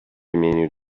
imieniu